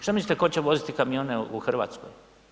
Šta mislite tko će voziti kamione u Hrvatskoj?